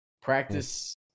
Practice